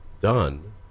done